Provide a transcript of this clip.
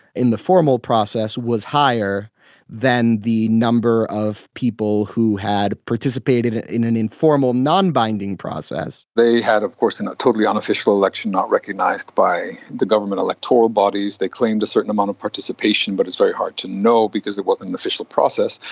in the formal process, was higher than the number of people who had participated in an informal, non-binding process. they had of course a ah totally unofficial election, not recognised by the government electoral bodies. they claimed a certain amount of participation but it's very hard to know because it wasn't an official process,